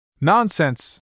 Nonsense